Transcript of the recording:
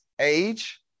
age